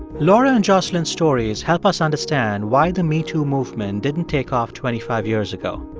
laura and jocelyn's stories help us understand why the metoo movement didn't take off twenty five years ago.